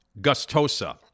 Gustosa